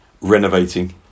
renovating